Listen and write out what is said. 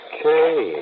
Okay